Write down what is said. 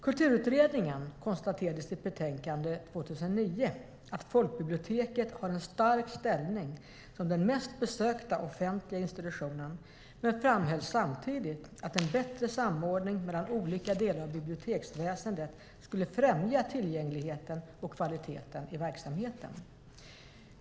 Kulturutredningen konstaterade i sitt betänkande att folkbiblioteket har en stark ställning som den mest besökta offentliga institutionen men framhöll samtidigt att en bättre samordning mellan olika delar av biblioteksväsendet skulle främja tillgängligheten och kvaliteten i verksamheten.